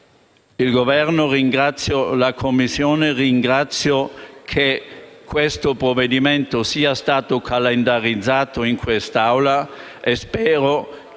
ringrazio la Commissione e ringrazio che questo provvedimento sia stato calendarizzato in Aula e spero che